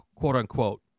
quote-unquote